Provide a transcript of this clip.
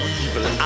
evil